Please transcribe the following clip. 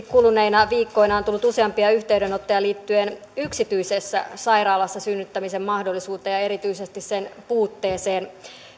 kuluneina viikkoina on tullut useampia yhteydenottoja liittyen yksityisessä sairaalassa synnyttämisen mahdollisuuteen ja erityisesti sen puutteeseen